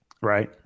Right